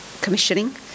commissioning